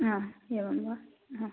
आ एवं वा हा